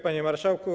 Panie Marszałku!